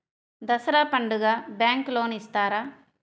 దసరా పండుగ bank loan ఇస్తారా?